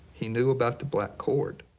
he knew about the black cord.